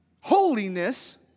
holiness